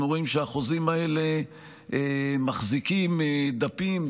אנחנו רואים שהחוזים האלה מחזיקים דפים,